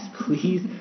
please